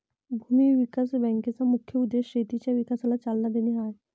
भूमी विकास बँकेचा मुख्य उद्देश शेतीच्या विकासाला चालना देणे हा आहे